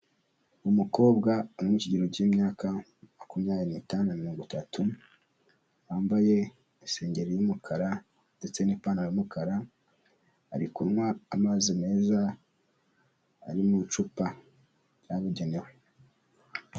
Umukobwa wo mu kigero cy'imyaka makumyabiri n'itanu na mirongo itatu, wambaye isengeri y'umukara ndetse n'ipantaro y'umukara, ari kunywa amazi meza ari mu icupa ryabugenewe.